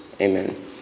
Amen